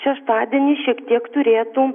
šeštadienį šiek tiek turėtų